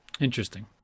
Interesting